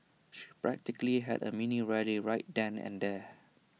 she practically had A mini rally right then and there